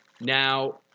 Now